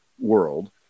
world